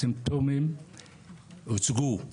הסימפטומים הוצגו.